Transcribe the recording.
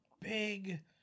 big